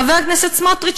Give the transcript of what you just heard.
חבר הכנסת סמוטריץ,